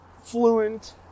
fluent